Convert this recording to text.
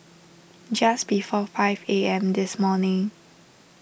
just before five A M this morning